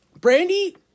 Brandy